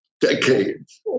decades